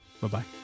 Bye-bye